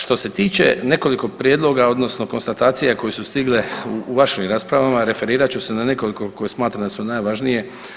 Što se tiče nekoliko prijedloga odnosno konstatacija koje su stigle u vašim raspravama referirat ću se na nekoliko koje smatram da su najvažnije.